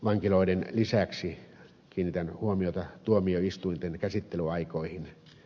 vankiloiden lisäksi kiinnitän huomiota tuomioistuinten käsittelyaikoihin